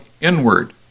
inward